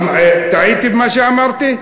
טעיתי במה שאמרתי?